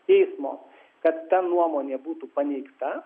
teismo kad ta nuomonė būtų paneigta